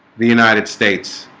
the united states